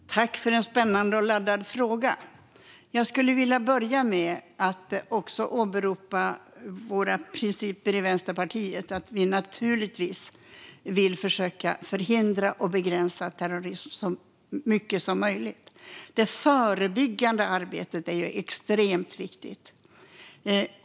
Herr talman! Jag tackar för en spännande och laddad fråga. Jag skulle vilja åberopa Vänsterpartiets principer om att vi naturligtvis vill försöka förhindra och begränsa terrorism så mycket som möjligt. Det förebyggande arbetet är extremt viktigt.